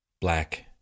black